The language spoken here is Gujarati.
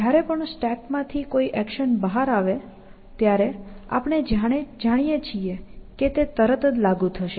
જયારે પણ સ્ટેક માં થી કોઈ એક્શન બહાર આવે ત્યારે આપણે જાણીએ છીએ કે તે તરત જ લાગુ થશે